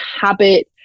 habit